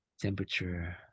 temperature